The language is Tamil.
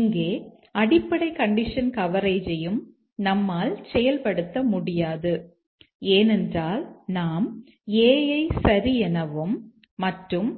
இங்கே அடிப்படை கண்டிஷன் கவரேஜையும் நம்மால் செயல்படுத்த முடியாது ஏனென்றால் நாம் A ஐ சரி எனவும் மற்றும்